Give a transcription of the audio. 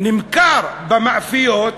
הוא נמכר במאפיות